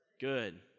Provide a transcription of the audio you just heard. good